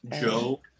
Joe